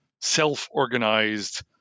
self-organized